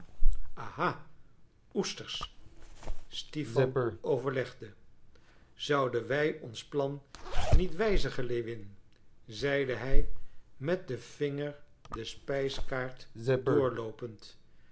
aha oesters stipan overlegde zouden wij ons plan niet wijzigen lewin zeide hij met den vinger de spijskaart doorloopend